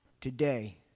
today